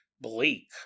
bleak